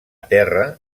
terra